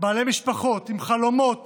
בעלי משפחות עם חלומות